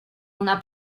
una